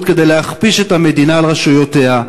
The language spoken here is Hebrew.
כדי להכפיש את המדינה על רשויותיה?